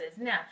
Now